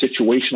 situational